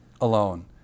alone